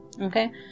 Okay